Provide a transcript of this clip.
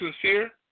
sincere